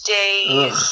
days